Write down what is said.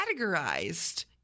categorized